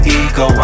ego